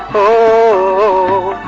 o